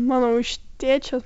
manau iš tėčio